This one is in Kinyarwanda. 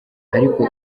ariko